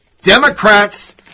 Democrats